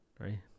right